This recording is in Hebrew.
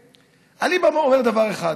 אני בא ואומר דבר אחד: